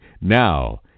Now